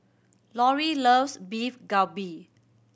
Lorrie loves Beef Galbi